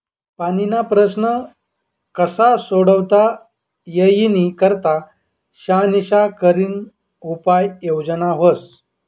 पाणीना प्रश्न कशा सोडता ई यानी करता शानिशा करीन उपाय योजना व्हस